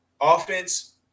offense